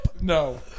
No